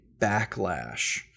backlash